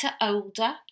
older